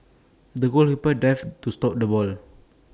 the goalkeeper dived to stop the ball